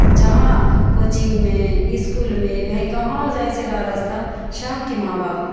जहाँ कोचिन्गमे इसकुलमे भाइ कहौँ जाइ छै रा रस्ता सभकेँ माँ बाप